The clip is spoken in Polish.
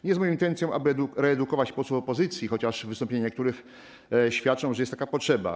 Nie jest moją intencją, aby reedukować posłów opozycji, chociaż wystąpienia niektórych świadczą, że jest taka potrzeba.